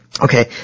Okay